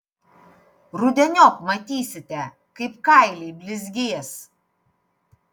rudeniop matysite kaip kailiai blizgės